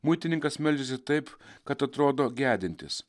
muitininkas meldžiasi taip kad atrodo gedintis